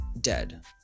dead